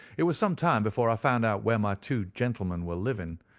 it was some time before i found out where my two gentlemen were living